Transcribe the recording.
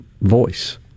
voice